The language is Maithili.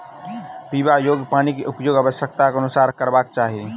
पीबा योग्य पानिक उपयोग आवश्यकताक अनुसारेँ करबाक चाही